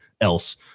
else